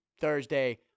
Thursday